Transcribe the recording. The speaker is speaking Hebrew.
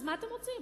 אז מה אתם רוצים?